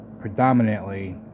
predominantly